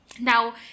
now